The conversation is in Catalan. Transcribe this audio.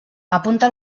apunta